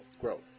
growth